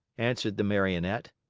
answered the marionette.